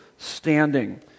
Standing